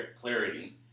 clarity